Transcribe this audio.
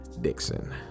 dixon